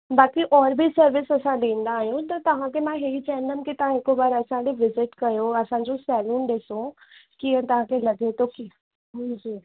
बाक़ी और बि सर्विस असां ॾींदा आहियूं त तव्हांखे मां इहे ई चवंदमि त तव्हां हिकु बार असांजे विजिट कयो असांजो सैलून ॾिसो कीअं तव्हांखे लॻे थो जी जी